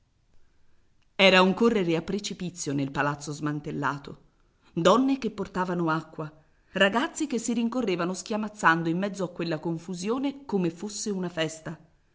era un correre a precipizio nel palazzo smantellato donne che portavano acqua ragazzi che si rincorrevano schiamazzando in mezzo a quella confusione come fosse una festa